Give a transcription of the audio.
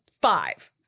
five